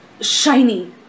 shiny